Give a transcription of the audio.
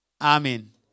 Amen